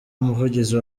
umuvugizi